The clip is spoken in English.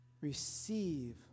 Receive